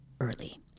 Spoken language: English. early